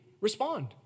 respond